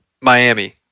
Miami